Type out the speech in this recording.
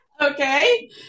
Okay